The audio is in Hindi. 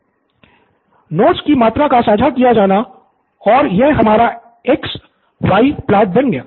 निथिन नोट्स की मात्रा का साझा किया जाना और यह हमारा एक्स वाई प्लॉट बन गया